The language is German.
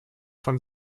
von